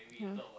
yeah